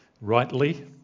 rightly